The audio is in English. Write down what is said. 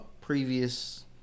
previous